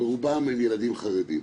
שברובם הם ילדים חרדים.